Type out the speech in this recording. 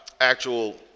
actual